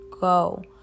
go